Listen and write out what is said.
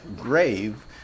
grave